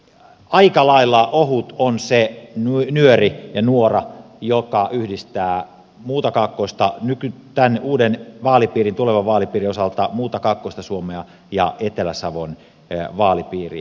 aikalailla ohut on se nyöri ja nuora joka yhdistää tämän uuden tulevan vaalipiirin osalta muuta kaakkoista suomea ja etelä savon vaalipiiriä